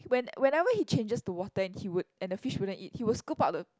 when whenever he changes the water and he would and the fish wouldn't eat he will scoop out of